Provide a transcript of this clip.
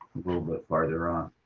little bit farther on.